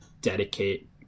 dedicate